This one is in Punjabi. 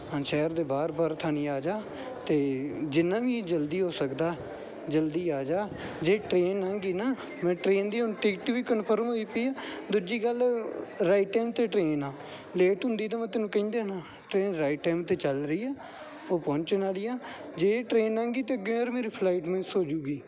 ਹਾਂ ਸ਼ਹਿਰ ਦੇ ਬਾਹਰ ਬਾਹਰ ਥਾਣੀ ਆਜਾ ਅਤੇ ਜਿੰਨਾ ਵੀ ਜਲਦੀ ਹੋ ਸਕਦਾ ਜਲਦੀ ਆਜਾ ਜੇ ਟ੍ਰੇਨ ਲੰਘ ਗਈ ਨਾ ਮੈਂ ਟ੍ਰੇਨ ਦੀ ਹੁਣ ਟਿਕਟ ਵੀ ਕਨਫਰਮ ਹੋਈ ਪਈ ਹੈ ਦੂਜੀ ਗੱਲ ਰਾਈਟ ਟਾਈਮ 'ਤੇ ਟ੍ਰੇਨ ਆ ਲੇਟ ਹੁੰਦੀ ਤਾਂ ਮੈਂ ਤੈਨੂ ਕਹਿੰਦਾ ਨਾ ਟ੍ਰੇਨ ਰਾਈਟ ਟਾਈਮ 'ਤੇ ਚੱਲ ਰਹੀ ਹੈ ਉਹ ਪਹੁੰਚਣ ਵਾਲੀ ਆ ਜੇ ਟ੍ਰੇਨ ਲੰਘ ਗਈ ਤਾ ਅੱਗੇ ਯਾਰ ਮੇਰੀ ਫਲਾਈਟ ਮਿਸ ਹੋ ਜੂਗੀ